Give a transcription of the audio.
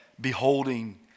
beholding